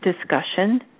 Discussion